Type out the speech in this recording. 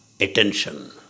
attention